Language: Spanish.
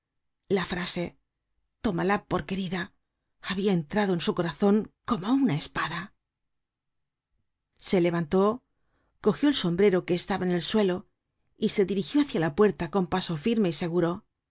la frase tómala por querida habia entrado en su corazon como una espada se levantó cogió el sombrero que estaba en el suelo y se dirigió hácia la puerta con paso firme y seguro